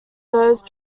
those